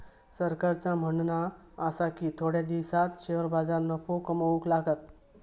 सरकारचा म्हणणा आसा की थोड्या दिसांत शेअर बाजार नफो कमवूक लागात